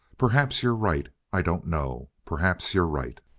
perhaps you're right. i don't know. perhaps you're right.